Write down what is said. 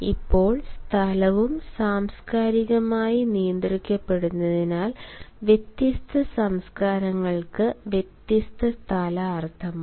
ഇപ്പോൾ സ്ഥലവും സാംസ്കാരികമായി നിയന്ത്രിക്കപ്പെടുന്നതിനാൽ വ്യത്യസ്ത സംസ്കാരങ്ങൾക്ക് വ്യത്യസ്ത സ്ഥല അർത്ഥമുണ്ട്